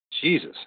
Jesus